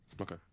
Okay